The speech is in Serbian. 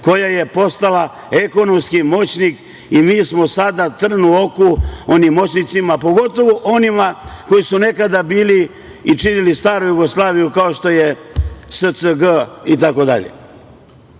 koja je postala ekonomski moćnik i mi smo sada trn u oku onim moćnicima, pogotovo onima koji su nekada bili i činili staru Jugoslaviju, kao što je SCG itd,